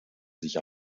sich